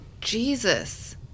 Jesus